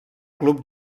club